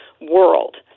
world